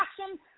action